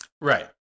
Right